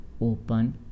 open